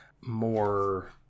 more